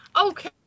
Okay